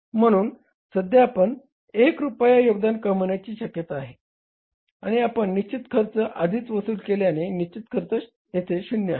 म्हणून सध्या आपण 1 रुपया योगदान कमविण्याची शक्यता आहे आणि आपण निश्चित खर्च आधीच वसूल केल्याने निश्चित खर्च येथे 0 आहे